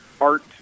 art